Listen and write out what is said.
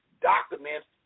documents